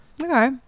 okay